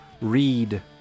read